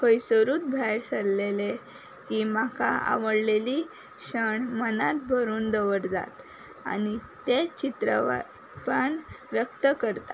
खंयसरूत भायर सरल्लेलें ही म्हाका आवडलेले क्षण मनांत भरून दवरतात आनी तें चित्र वा पान व्यक्त करता